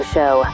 Show